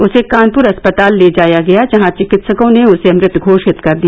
उसे कानपुर अस्पताल ले जाया गया जहां चिंकित्सकों ने उसे मृत घोषित कर दिया